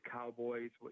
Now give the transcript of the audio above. Cowboys